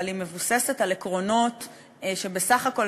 אבל היא מבוססת על עקרונות שבסך הכול